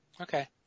Okay